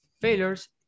Failures